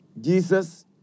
Jesus